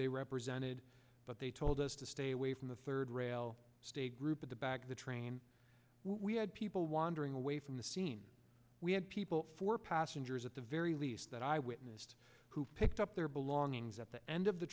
they represented but they told us to stay away from the third rail state group at the back of the train we had people wandering away from the scene we had people for passengers at the very least that i witnessed who picked up their belongings at the end of the